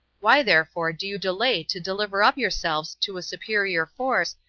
why therefore do you delay to deliver up yourselves to a superior force,